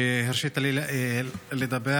שהרשית לי לדבר.